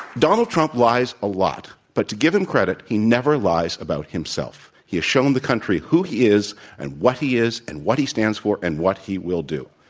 donald trump lies a lot. but, to give him credit, he never lies about himself. he has shown the country who he is and what he is and what he stands for and what he will do.